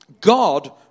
God